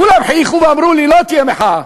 כולם חייכו ואמרו לי, לא תהיה מחאה.